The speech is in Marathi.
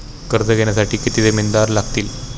कर्ज घेण्यासाठी किती जामिनदार लागतील?